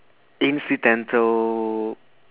incidental